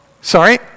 Sorry